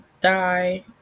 die